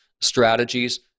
strategies